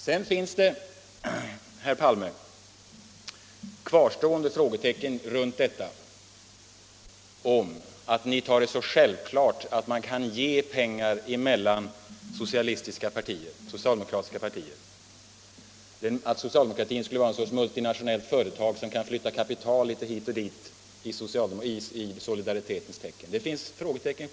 Sedan finns det, herr Palme, kvarstående frågetecken kring det faktum att ni tar det så självklart att man kan ge pengar mellan socialdemokratiska partier, att socialdemokratin skulle vara någon sorts multinationellt företag som kan flytta kapital litet hit och dit i solidaritetens tecken.